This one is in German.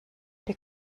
der